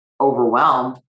overwhelmed